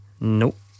Nope